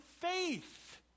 faith